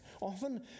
often